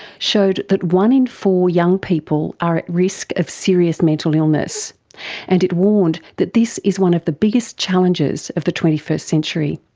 showed that one in four young people are at risk of serious mental illness and it warned that this is one of the biggest challenges of the twenty first century.